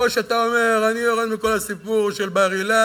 או שאתה אומר: אני יורד מכל הסיפור של בר-אילן,